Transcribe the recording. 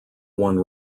one